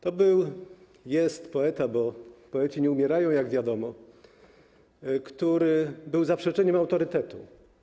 To był, jest poeta, bo poeci nie umierają, jak wiadomo, który stanowił zaprzeczenie autorytetu.